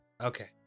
Okay